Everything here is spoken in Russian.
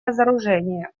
разоружение